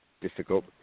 difficult